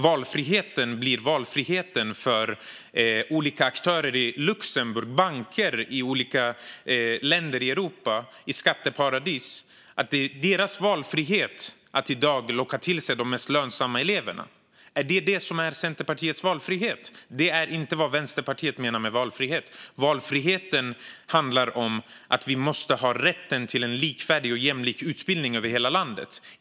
Valfriheten blir i stället valfrihet för olika aktörer i Luxemburg och banker i olika länder i Europa och i skatteparadis. Är det deras valfrihet att locka till sig de mest lönsamma eleverna som är Centerpartiets valfrihet? Det är inte vad Vänsterpartiet menar med valfrihet. Valfriheten handlar om att vi måste ha rätt till en likvärdig och jämlik utbildning över hela landet.